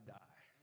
die